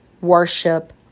worship